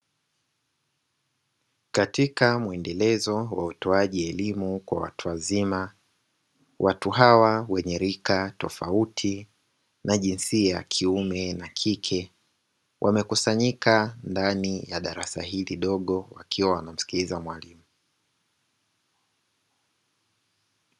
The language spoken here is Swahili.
Katika muendelezo wa utoaji elimu kwa watu wazima, watu hawa wenye rika tofauti na jinsia ya kiume na kike, wamekusanyika ndani ya darasa hili dogo wakiwa wanamsikiliza mwalimu.